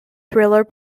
thriller